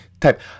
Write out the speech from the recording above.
type